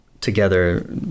together